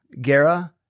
Gera